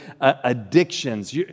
addictions